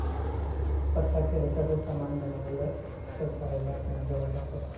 पत्ता के रेशा से सामान बनवले कअ कारोबार हर जगह बाटे